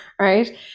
Right